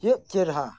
ᱪᱮᱫ ᱪᱮᱦᱨᱟ